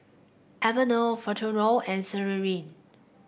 Enervon Futuro and